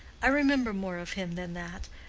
i remember more of him than that.